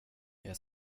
jag